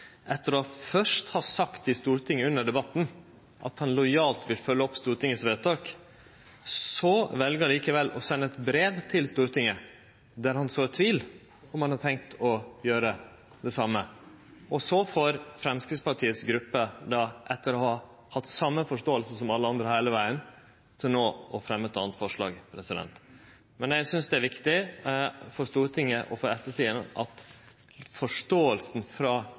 etter først å ha sagt i Stortinget under debatten at han lojalt ville følgje opp Stortingets vedtak, likevel valde å sende eit brev til Stortinget der han sådde tvil om han hadde tenkt å gjere det same. Så fremmer Framstegspartiets gruppe – etter å ha hatt same forståinga som alle andre heile vegen – eit anna forslag. Men eg synest det er viktig å gjere klart for Stortinget og for ettertida at